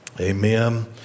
Amen